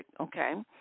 okay